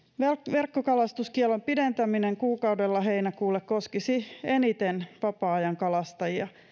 verkkokalastuskiellon pidentäminen kuukaudella heinäkuulle koskisi eniten vapaa ajankalastajia